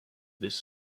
this